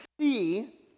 see